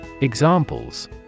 Examples